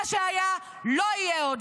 מה שהיה, לא יהיה עוד.